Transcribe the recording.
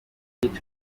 uriya